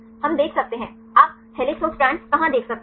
हम देख सकते हैं आप हेलिक्स और स्ट्रैंड कहा देख सकते हैं